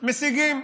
משיגים.